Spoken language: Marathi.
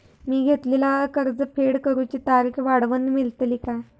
मी घेतलाला कर्ज फेड करूची तारिक वाढवन मेलतली काय?